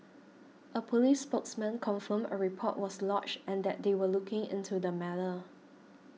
a police spokesman confirmed a report was lodged and that they were looking into the matter